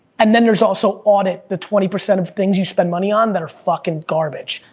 and then there's also audit the twenty percent of things you spend money on that are fucking garbage.